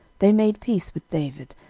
they made peace with david,